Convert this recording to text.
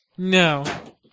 No